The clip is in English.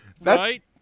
right